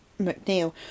McNeil